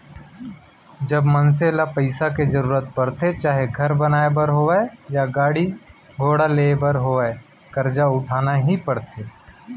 जब मनसे ल पइसा के जरुरत परथे चाहे घर बनाए बर होवय या गाड़ी घोड़ा लेय बर होवय करजा उठाना ही परथे